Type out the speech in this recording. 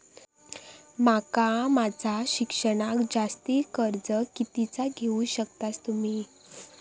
माका माझा शिक्षणाक जास्ती कर्ज कितीचा देऊ शकतास तुम्ही?